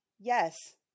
Yes